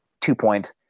two-point